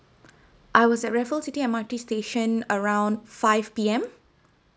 I was at raffles city M_R_T station around five P_M